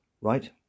right